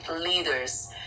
leaders